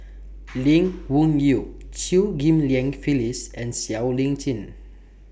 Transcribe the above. Lee Wung Yew Chew Ghim Lian Phyllis and Siow Lee Chin